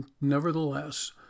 nevertheless